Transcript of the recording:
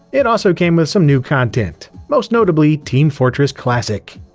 it also came with some new content, most notably team fortress classic.